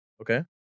okay